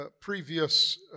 previous